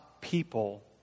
people